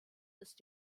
ist